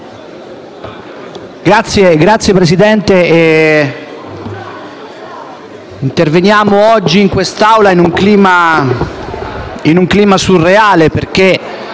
Signor Presidente, interveniamo oggi in quest'Aula in un clima surreale.